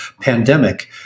pandemic